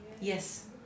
Yes